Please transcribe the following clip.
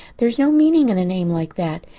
there is no meaning in a name like that.